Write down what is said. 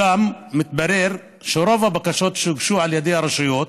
ואולם, מתברר שרוב הבקשות שהוגשו על ידי הרשויות